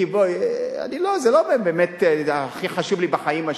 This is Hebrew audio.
כי זה לא הכי חשוב לי בחיים,